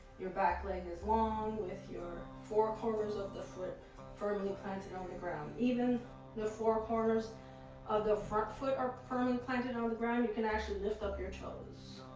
your back leg is long with your four corners of the foot firmly planted on the ground. even the four corners of the front foot are firmly planted on the ground. you can actually lift up your toes.